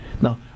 Now